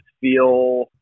feel